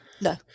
No